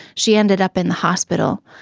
she ended up in the hospital,